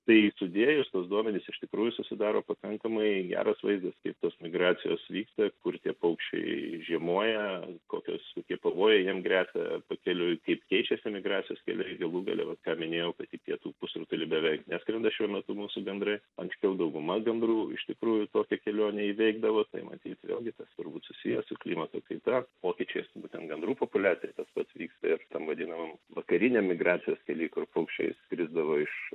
tai sudėjus tuos duomenis iš tikrųjų susidaro pakankamai geras vaizdas kaip tos migracijos vyksta kur tie paukščiai žiemoja kokios kokie pavojai jiem gresia pakeliui kaip keičiasi migracijos keliai galų gale vat ką minėjau kad į pietų pusrutuly beveik neskrenda šiuo metu mūsų bendrai anksčiau dauguma gandrų iš tikrųjų tokią kelionę įveikdavo tai matyt vėlgi tas turbūt susiję su klimato kaita pokyčiais būtent gandrų populiacija tas pat vyksta ir tam vadinamam vakariniam migracijos kely kur paukščiai skrisdavo iš